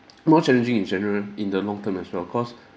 more challenging in general in the long term as well cause